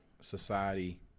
society